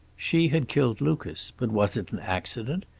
she had killed lucas, but was it an accident?